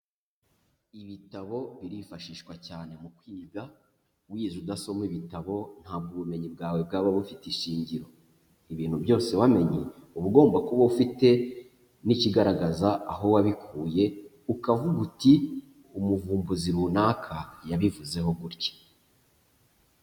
Ibitabo birifashishwa cyane mu kwiga, wize udasoma ibitabo ntabwo ubumenyi bwawe bwaba bufite ishingiro, ibintu byose wamenye uba ugomba kuba ufite n'ikigaragaza aho wabikuye, ukavuga uti umuvumbuzi runaka yabivuzeho gutya.